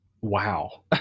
wow